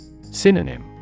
Synonym